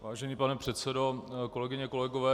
Vážený pane předsedo, kolegyně, kolegové.